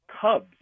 Cubs